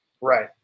Right